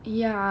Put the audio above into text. ya